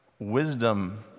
wisdom